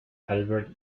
albert